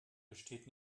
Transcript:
besteht